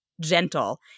gentle